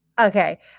okay